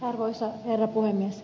arvoisa herra puhemies